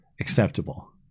acceptable